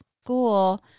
school